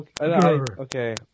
okay